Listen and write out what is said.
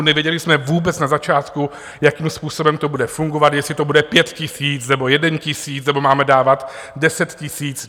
Nevěděli jsme vůbec na začátku, jakým způsobem to bude fungovat, jestli to bude pět tisíc, nebo jeden tisíc, nebo máme dávat deset tisíc.